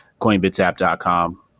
coinbitsapp.com